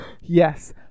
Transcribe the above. yes